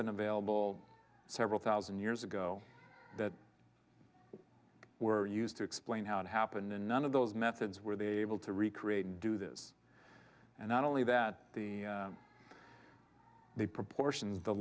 been available several thousand years ago that were used to explain how it happened and none of those methods were they able to recreate and do this and not only that the proportions the